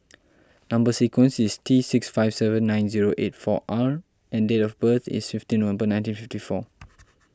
Number Sequence is T six five seven nine zero eight four R and date of birth is fifteen November nineteen fifty four